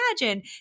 imagine